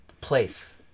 place